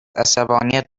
عصبانیت